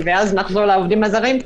ואז נחזור לעובדים הזרים.